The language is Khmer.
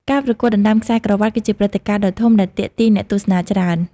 ការប្រកួតដណ្តើម ខ្សែក្រវាត់ គឺជាព្រឹត្តិការណ៍ដ៏ធំដែលទាក់ទាញអ្នកទស្សនាច្រើន។